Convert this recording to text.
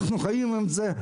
אנחנו חיים עם זה,